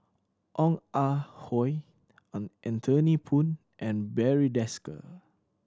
Ong Ah Hoi an Anthony Poon and Barry Desker